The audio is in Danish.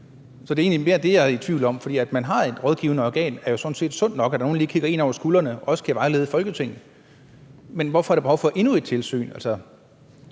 er egentlig mere det, jeg er i tvivl om; at man har et rådgivende organ, er jo sådan set sundt nok, altså at nogle kigger en over skulderen og også kan vejlede Folketinget. Men hvorfor er der behov for endnu et tilsyn?